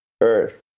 earth